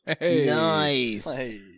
Nice